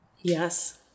Yes